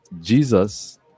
Jesus